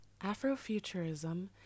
Afrofuturism